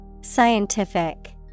Scientific